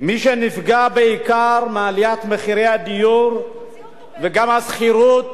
מי שנפגע בעיקר מעליית מחירי הדיור וגם השכירות,